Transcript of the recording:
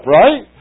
right